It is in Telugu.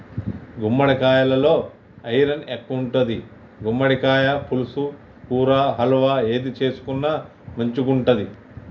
గుమ్మడికాలలో ఐరన్ ఎక్కువుంటది, గుమ్మడికాయ పులుసు, కూర, హల్వా ఏది చేసుకున్న మంచిగుంటది